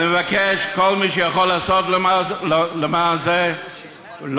גם מגילת אסתר היא לא